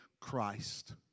Christ